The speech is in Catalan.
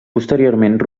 posteriorment